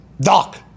Doc